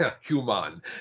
human